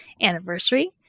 anniversary